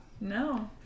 No